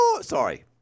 sorry